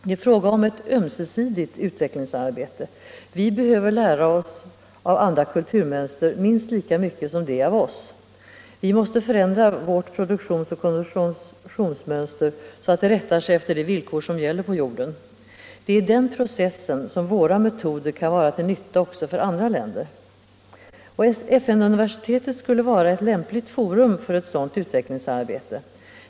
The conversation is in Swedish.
Det är fråga om ett ömsesidigt utvecklingsarbete. Vi behöver lära oss av andra kulturmönster minst lika mycket som de av oss. Vi måste förändra vårt produktionsoch konsumtionsmönster så att det rättar sig efter de villkor som gäller på jorden. Det är i den processen som våra metoder kan vara till nytta också för andra länder. FN-universitetet skulle vara ett lämpligt forum för ett sådant utvecklingsarbete.